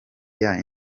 year